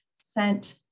sent